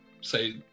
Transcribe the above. say